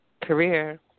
career